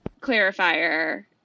clarifier